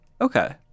Okay